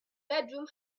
bedroom